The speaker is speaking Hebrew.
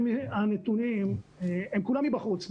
הנתונים הם כולם מבחוץ,